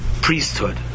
priesthood